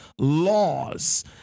laws